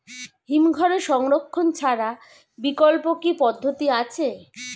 হিমঘরে সংরক্ষণ ছাড়া বিকল্প কি পদ্ধতি আছে?